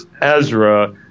Ezra